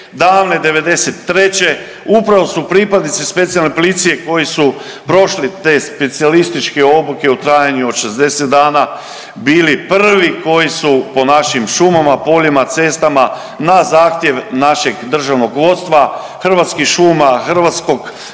upravo su pripadnici Specijalne policije koji su prošli te specijalističke obuke u trajanju od 60 dana bili prvi koji su po našim šumama, poljima, cestama na zahtjev našeg državnog vodstva Hrvatskih šuma, hrvatskog HEP-a,